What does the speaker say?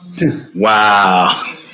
Wow